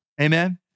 Amen